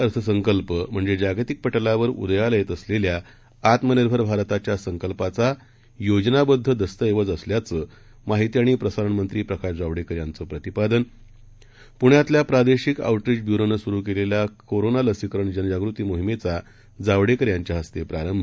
अर्थसंकल्पम्हणजेजागतिकपटलावरउदयालायेतअसलेल्याआत्मनिर्भरभारताच्यासंकल्पाचायोजनाबद्ददस्तऐवजअसल्याचंमाहितीआणि प्रसारणमंत्रीप्रकाशजावडेकरयांचं प्रतिपादन प्ण्यातल्याप्रादेशिकआऊटरीचब्युरोनंसुरुकेलेल्याकोरोनालसीकरणजनजागृतीमोहिमेचाजावडेकरयांच्याहस्तेप्रारंभ